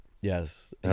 Yes